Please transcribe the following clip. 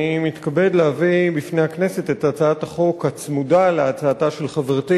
אני מתכבד להביא בפני הכנסת את הצעת החוק הצמודה להצעתה של חברתי